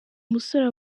musore